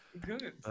Good